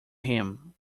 him